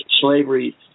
slavery